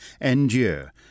endure